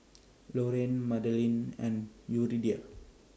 Lorayne Madalyn and Yuridia